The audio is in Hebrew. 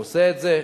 הוא עושה את זה,